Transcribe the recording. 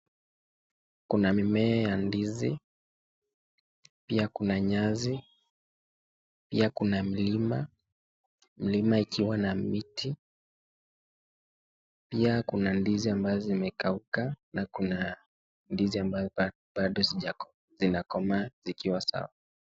Kuna mimmea ya ndizi, pia kuna nyasi, pia kuna milima. Milima ikiwa na miti, pia kuna ndizi ambazo zimekauka na kuna ndizi ambayo bado zinakomaa zikiwa sawa.